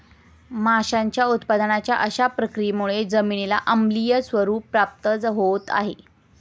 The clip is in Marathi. माशांच्या उत्पादनाच्या अशा प्रक्रियांमुळे जमिनीला आम्लीय स्वरूप प्राप्त होत आहे